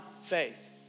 faith